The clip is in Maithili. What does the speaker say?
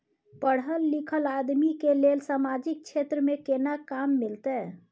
पढल लीखल आदमी के लेल सामाजिक क्षेत्र में केना काम मिलते?